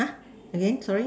again sorry